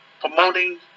promoting